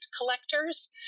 collectors